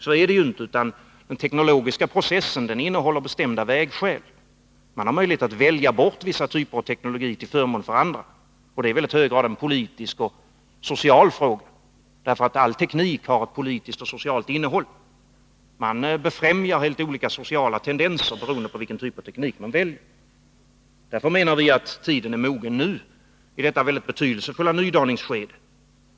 Så är det ju inte, utan den tekonologiska processen innehåller bestämda vägskäl. Man har möjlighet att välja bort vissa typer av teknologi till förmån för andra, och det är i väldigt hög grad en politisk och social fråga. All teknik har ett politiskt och socialt innehåll. Man befrämjar helt olika sociala tendenser, beroende på vilken typ av teknik man väljer. Därför menar vi att tiden är mogen nu, i detta väldigt betydelsefulla nydaningsskede.